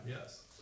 yes